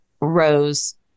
Rose